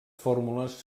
fórmules